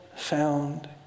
found